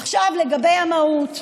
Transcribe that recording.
עכשיו לגבי המהות.